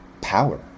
power